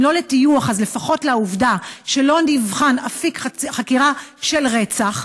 אם לא לטיוח אז לפחות לעובדה שלא נבחן אפיק חקירה של רצח,